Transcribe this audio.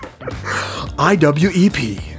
IWEP